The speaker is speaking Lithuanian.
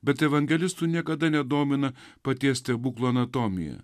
bet evangelistų niekada nedomina paties stebuklo anatomiją